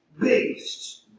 beasts